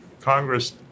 Congress